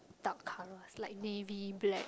dark color like navy black